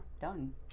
Done